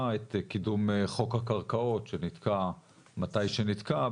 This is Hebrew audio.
את קידום חוק הקרקעות שנתקע מתי שנתקע,